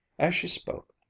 as she spoke,